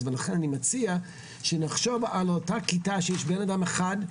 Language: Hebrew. זה ולכן אני מציעה שאנחנו נחשוב על אותה הכיתה שבה יש בנאדם אחד,